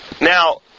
Now